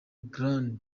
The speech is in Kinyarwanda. grande